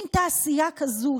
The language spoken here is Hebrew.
אם תעשייה כזאת,